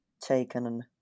taken